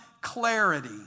clarity